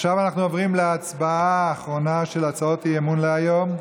עכשיו אנחנו עוברים להצבעה האחרונה על הצעות האי-אמון להיום,